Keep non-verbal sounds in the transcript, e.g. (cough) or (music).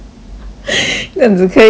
(noise) 这样子可以吗 (noise)